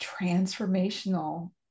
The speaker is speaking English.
transformational